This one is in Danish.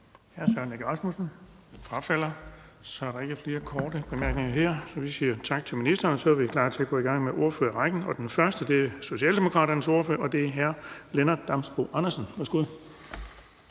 Hr. Søren Egge Rasmussen frafalder. Der er ikke flere korte bemærkninger, så vi siger tak til ministeren, og så er vi klar til at gå i gang med ordførerrækken. Den første er Socialdemokraternes ordfører, og det er hr. Lennart Damsbo-Andersen. Værsgo.